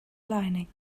lining